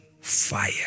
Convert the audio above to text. fire